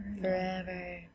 Forever